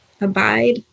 Abide